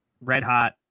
red-hot